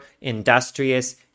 industrious